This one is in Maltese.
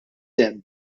demm